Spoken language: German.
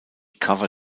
cover